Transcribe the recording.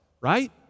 right